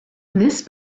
this